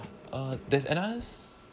uh there's another